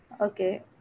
Okay